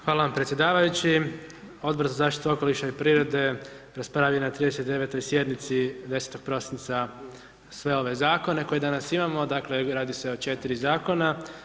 Hvala vam predsjedavajući, Odbor za zaštitu okoliša i prirode, raspravio na 39. sjednici 10.12. sve ove zakone koje danas imamo, dakle, radi se o 4 zakona.